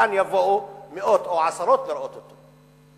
וכאן יבואו מאות או עשרות לראות אותו.